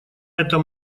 этом